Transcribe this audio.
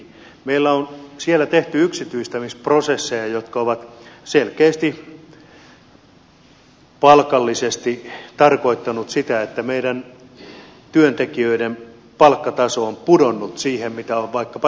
meillä on siellä tehty yksityistämisprosesseja jotka ovat selkeästi palkallisesti tarkoittaneet sitä että työntekijöiden palkkataso on pudonnut verrattuna siihen mitä on vaikkapa isoissa valtionyhtiöissä